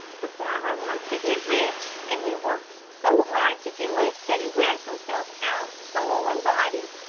the farmer wants to get rich, and he works so hard to do it that he wears himself out soul and body,